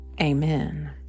Amen